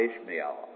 Ishmael